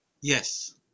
Yes